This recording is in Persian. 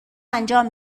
انجام